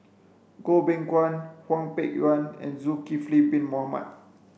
Goh Beng Kwan Hwang Peng Yuan and Zulkifli bin Mohamed